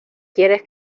quieres